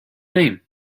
name